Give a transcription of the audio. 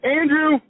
Andrew